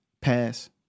pass